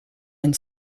and